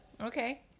Okay